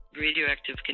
radioactive